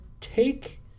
take